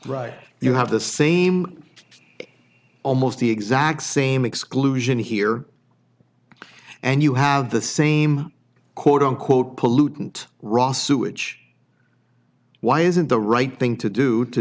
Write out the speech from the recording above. right you have the same almost the exact same exclusion here and you have the same quote unquote pollutant raw sewage why isn't the right thing to do to